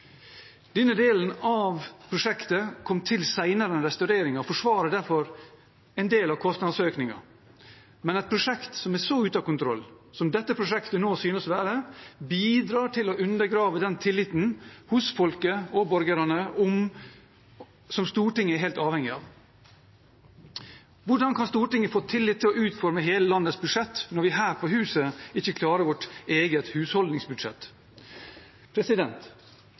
Denne delen av prosjektet kom til senere enn restaureringen og forsvarer derfor en del av kostnadsøkningen. Men et prosjekt som er så ute av kontroll som dette prosjektet nå synes å være, bidrar til å undergrave den tilliten hos folket og borgerne som Stortinget er helt avhengig av. Hvordan kan Stortinget få tillit til å utforme hele landets budsjett når vi her på huset ikke klarer vårt eget husholdningsbudsjett?